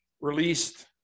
Released